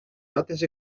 notes